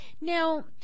now